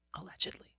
allegedly